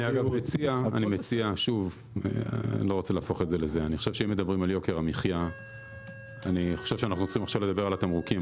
אני חושב שצריכים לדבר עכשיו על התמרוקים.